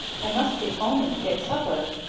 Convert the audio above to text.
i must get home and get supper.